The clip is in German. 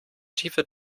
schiefe